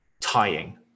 tying